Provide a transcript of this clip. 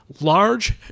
large